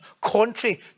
contrary